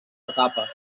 etapes